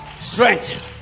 strength